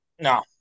No